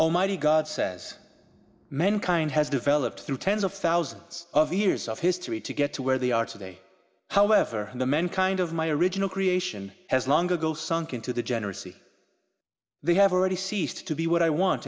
almighty god says men kind has developed through tens of thousands of years of history to get to where they are today however the men kind of my original creation has long ago sunk into the general they have already ceased to be what i want